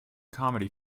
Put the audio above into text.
comedy